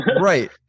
Right